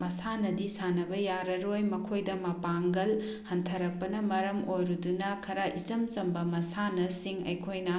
ꯃꯁꯥꯟꯅꯗꯤ ꯁꯥꯟꯅꯕ ꯌꯥꯔꯔꯣꯏ ꯃꯈꯣꯏꯗ ꯃꯄꯥꯡꯒꯜ ꯍꯟꯊꯔꯛꯄꯅ ꯃꯔꯝ ꯑꯣꯏꯔꯨꯗꯨꯅ ꯈꯔ ꯏꯆꯝ ꯆꯝꯕ ꯃꯁꯥꯟꯅꯁꯤꯡ ꯑꯩꯈꯣꯏꯅ